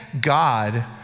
God